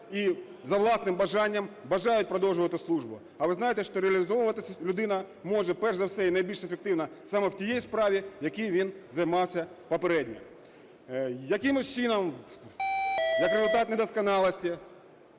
і за власним бажанням бажають продовжувати службу. А ви знаєте, що реалізовуватися людина може перш за все і найбільш ефективно саме в тій справі, в якій він займався попередньо. Якимось чином, як результат недосконалості,